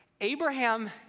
Abraham